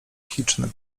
chiczny